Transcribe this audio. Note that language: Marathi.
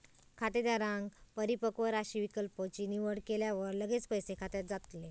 खातेधारकांन परिपक्व राशी विकल्प ची निवड केल्यावर लगेच पैसे खात्यात जातले